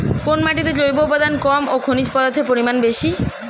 কোন মাটিতে জৈব উপাদান কম ও খনিজ পদার্থের পরিমাণ বেশি?